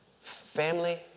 Family